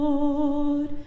Lord